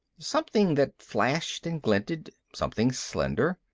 something that flashed and glinted, something slender.